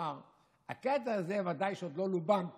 לומר שהקטע הזה ודאי עוד לא לובן פה.